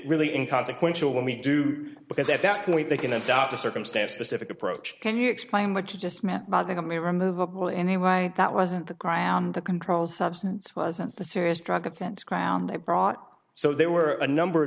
really in consequential when we do because at that point they can adopt a circumstance the civic approach can you explain what you just meant by that i mean removable in a way that wasn't the ground the controlled substance wasn't the serious drug offense ground they brought so there were a number of